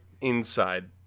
inside